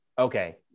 Okay